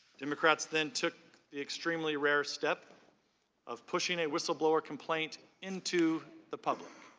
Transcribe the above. democrats then took the extremely rare steps of pushing a whistleblower complaint into the public